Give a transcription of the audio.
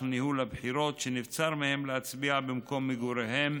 ניהול הבחירות שנבצר מהם להצביע במקום מגוריהם,